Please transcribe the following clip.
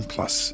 Plus